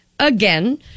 Again